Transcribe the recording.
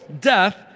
death